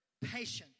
patience